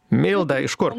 milda iš kur